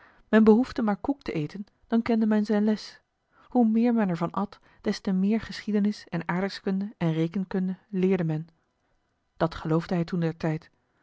men behoefde maar koek te eten dan kende men zijn les hoe meer men er van at des te meer geschiedenis en aardrijkskunde en rekenkunde leerde men dat geloofde hij toen ter tijd